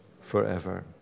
forever